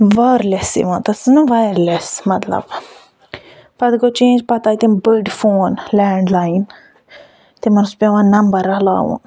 وار لٮ۪س یِوان تَتھ چھِ وَنان وایَر لیس مطلب پَتہٕ گوٚو چٮ۪نج پَتہٕ آیہِ تِم بٔڑۍ فون لٮ۪نڈلاین تِم اوس پٮ۪وان نَمبر رَلاوُن